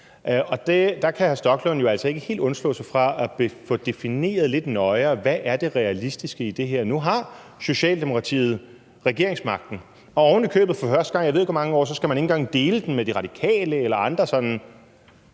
Der kan hr. Stoklund jo altså ikke helt undslå sig at få defineret lidt nøjere, hvad det realistiske i det her er. Nu har Socialdemokratiet regeringsmagten, og oven i købet for første gang i, jeg ved ikke hvor mange år, skal man ikke engang dele den med De Radikale eller andre